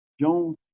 Jones